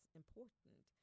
important